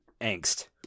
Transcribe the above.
angst